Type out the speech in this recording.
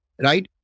right